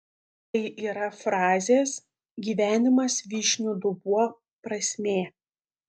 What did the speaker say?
tai yra frazės gyvenimas vyšnių dubuo prasmė